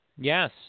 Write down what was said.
Yes